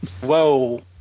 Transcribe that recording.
Whoa